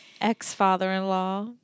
ex-father-in-law